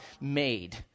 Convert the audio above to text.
made